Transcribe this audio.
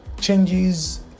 changes